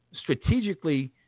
strategically